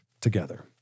together